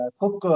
cook